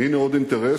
והנה עוד אינטרס: